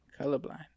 Colorblind